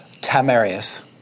Tamarius